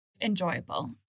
enjoyable